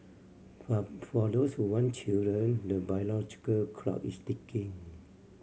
but for those who want children the biological clock is ticking